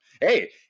Hey